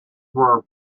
were